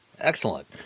excellent